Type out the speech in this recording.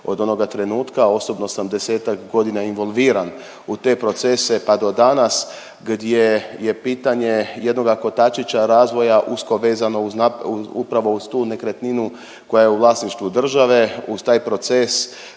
od onoga trenutka. Osobno sam 10-ak godina involviran u te procese pa do danas gdje je pitanje jednoga kotačića razvoja usko vezano upravo uz tu nekretninu koja je u vlasništvu države. Uz taj proces